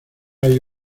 hay